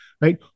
right